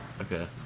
Okay